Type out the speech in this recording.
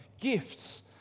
gifts